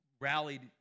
rallied